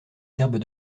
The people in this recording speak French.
serbes